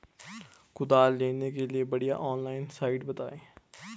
कुदाल लेने के लिए बढ़िया ऑनलाइन साइट बतायें?